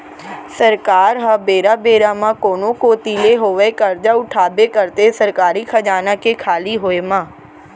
सरकार ह बेरा बेरा म कोनो कोती ले होवय करजा उठाबे करथे सरकारी खजाना के खाली होय म